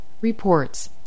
reports